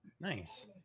Nice